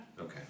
Okay